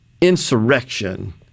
insurrection